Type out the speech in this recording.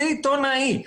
סיטונאי.